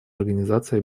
организации